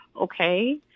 okay